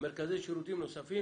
מרכזי שירותים נוספים